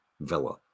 villa